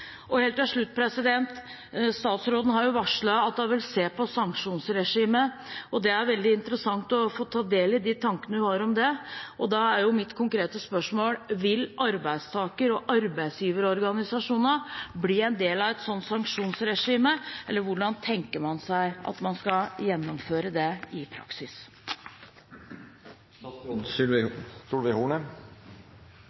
Helt til slutt: Statsråden har varslet at hun vil se på sanksjonsregimet. Det er veldig interessant å få ta del i de tankene hun har om det. Da er mitt konkrete spørsmål: Vil arbeidstaker- og arbeidsgiverorganisasjonene bli en del av et slikt sanksjonsregime, eller hvordan tenker man seg at man skal gjennomføre det i